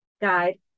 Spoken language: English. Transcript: guide